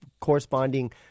corresponding